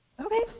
Okay